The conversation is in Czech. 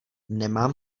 nemám